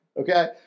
Okay